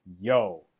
yo